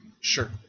sure